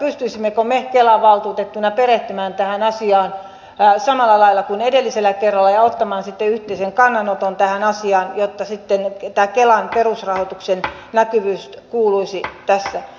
pystyisimmekö me kelan valtuutettuina perehtymään tähän asiaan samalla lailla kuin edellisellä kerralla ja ottamaan sitten yhteisen kannanoton tähän asiaan jotta sitten tämä kelan perusrahoituksen riittävyys kuuluisi tässä